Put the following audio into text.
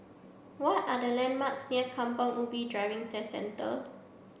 what are the landmarks near Kampong Ubi Driving Test Centre